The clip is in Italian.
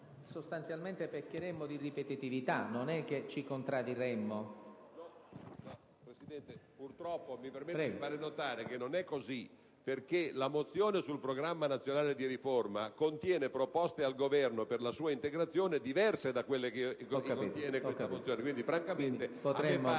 sostanzialmente peccheremmo di ripetitività, ma non è che ci contraddiremmo. MORANDO *(PD)*. Signor Presidente, purtroppo mi permetta di far notare che non è così, perché la risoluzione sul Programma nazionale di riforma contiene proposte al Governo, per la sua integrazione, diverse da quelle che contiene questa mozione.